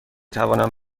توانم